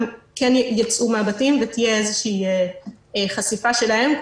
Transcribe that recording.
הם כן יצאו מהבתים ותהיה איזו שהיא חשיפה שלהם,